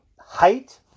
height